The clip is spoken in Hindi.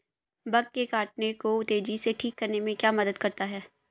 बग के काटने को तेजी से ठीक करने में क्या मदद करता है?